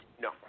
No